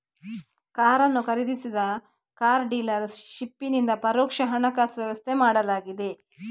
ಕಾರನ್ನು ಖರೀದಿಸಿದ car dealer ಶಿಪ್ಪಿನಿಂದ ಪರೋಕ್ಷ ಹಣಕಾಸು ವ್ಯವಸ್ಥೆ ಮಾಡಲಾಗಿದೆ